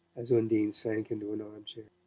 as undine sank into an armchair.